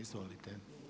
Izvolite.